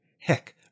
heck